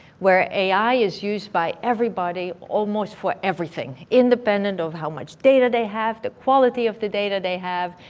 where ai is used by everybody almost for everything. independent of how much data they have, the quality of the data they have.